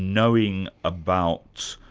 knowing about,